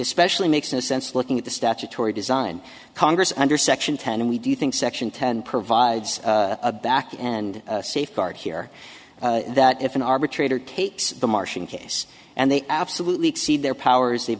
especially makes no sense looking at the statutory design congress under section ten and we do you think section ten provide it's a back and safeguard here that if an arbitrator takes the marching case and they absolutely exceed their powers they